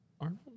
Arnold